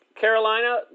Carolina